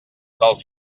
dels